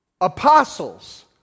apostles